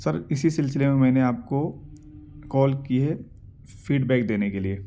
سر اسی سلسلے میں میں نے آپ کو کال کی ہے فیڈ بیک دینے کے لیے